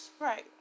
right